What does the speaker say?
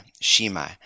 Shema